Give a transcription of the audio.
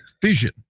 fission